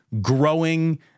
growing